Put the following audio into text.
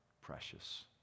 precious